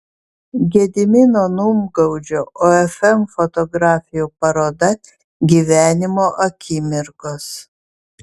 gedimino numgaudžio ofm fotografijų paroda gyvenimo akimirkos